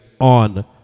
on